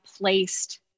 placed